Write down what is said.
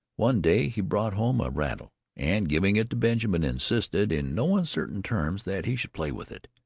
one day he brought home a rattle and, giving it to benjamin, insisted in no uncertain terms that he should play with it,